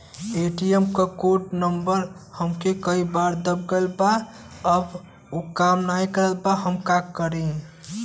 ATM क code number हमसे कई बार दब गईल बा अब उ काम ना करत बा हम का करी?